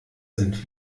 sind